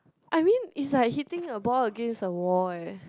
I mean it's like hitting a ball against a wall eh